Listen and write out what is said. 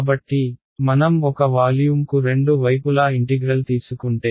కాబట్టి మనం ఒక వాల్యూమ్కు రెండు వైపులా ఇన్టిగ్రల్ తీసుకుంటే